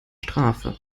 strafe